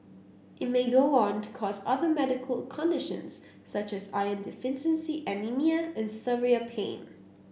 it may go on to cause other medical conditions such as iron deficiency anaemia and severe pain